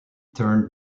turned